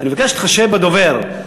אני מבקש להתחשב בדובר.